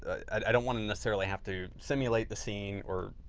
i don't want to necessarily have to simulate the scene or